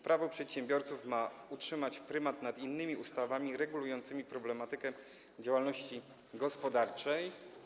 Prawo przedsiębiorców ma utrzymać prymat nad innymi ustawami regulującymi problematykę działalności gospodarczej.